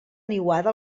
niuada